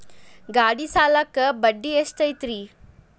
ಗಾಡಿ ಸಾಲಕ್ಕ ಬಡ್ಡಿ ಎಷ್ಟೈತ್ರಿ?